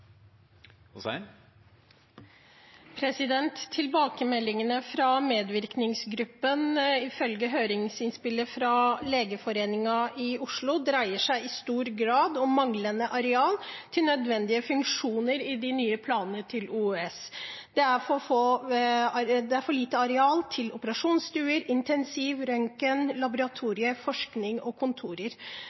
Tilbakemeldingene fra medvirkningsgruppen, ifølge høringsinnspillet fra Legeforeningen i Oslo, dreier seg i stor grad om manglende areal til nødvendige funksjoner i de nye planene til OUS. Det er for lite areal til operasjonsstuer, intensiv, røntgen, laboratorier, forskning og kontorer,